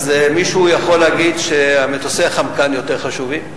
אז מישהו יכול להגיד שמטוסי "חמקן" יותר חשובים.